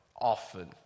often